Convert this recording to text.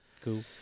Cool